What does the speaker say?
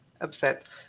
upset